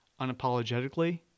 unapologetically